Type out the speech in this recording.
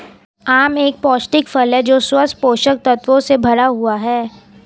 आम एक पौष्टिक फल है जो स्वस्थ पोषक तत्वों से भरा हुआ है